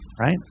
Right